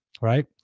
right